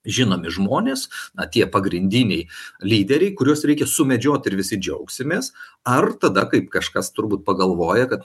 žinomi žmonės na tie pagrindiniai lyderiai kuriuos reikia sumedžiot ir visi džiaugsimės ar tada kaip kažkas turbūt pagalvoja kad